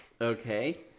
Okay